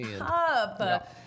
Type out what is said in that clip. up